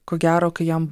ko gero kai jam